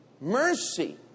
Mercy